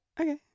Okay